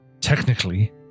technically